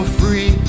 free